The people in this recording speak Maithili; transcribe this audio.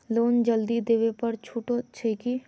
लोन जल्दी देबै पर छुटो छैक की?